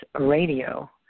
Radio